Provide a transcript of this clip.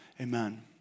Amen